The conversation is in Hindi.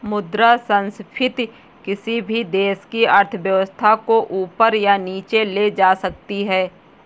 मुद्रा संस्फिति किसी भी देश की अर्थव्यवस्था को ऊपर या नीचे ले जा सकती है